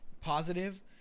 positive